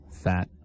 fat